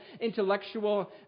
intellectual